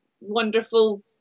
wonderful